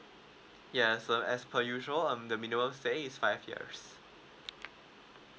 yeah so as per usual um the minimum stay is five yes